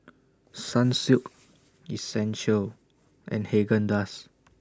Sunsilk Essential and Haagen Dazs